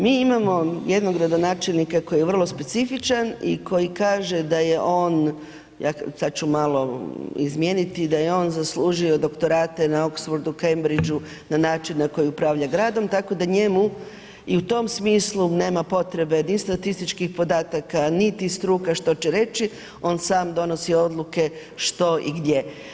Mi imamo jednog gradonačelnika koji je vrlo specifičan, i koji kaže da je on, sad ću malo izmijeniti, da je on zaslužio doktorate na Oxfordu, Cambridgeu na način na koji upravlja gradom, tako da njemu i u tom smislu nema potrebe ni statističkih podataka, niti struka što će reći, on sam donosi odluke što i gdje.